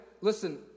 listen